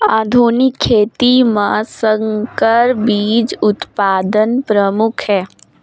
आधुनिक खेती म संकर बीज उत्पादन प्रमुख हे